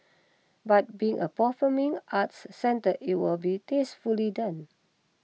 but being a performing arts centre it will be tastefully done